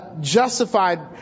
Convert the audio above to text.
justified